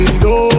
no